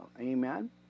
Amen